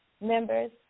members